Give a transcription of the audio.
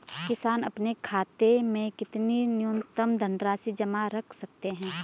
किसान अपने खाते में कितनी न्यूनतम धनराशि जमा रख सकते हैं?